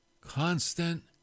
constant